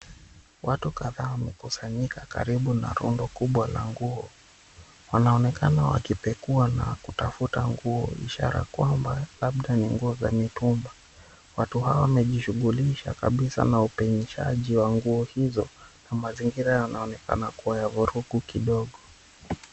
Watu kadhaa wamekusanyika karibu na rundo kubwa la nguo. Wanaonekana wakipekua na kutafuta nguo ishara kwamba labda ni nguo za mitumba. Watu hawa wamejishughulisha kabisa na upenyeshaji wa nguo hizo na mazingira yanaonekana kuwa ya vurugu kidogo.